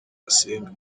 basenga